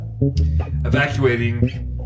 evacuating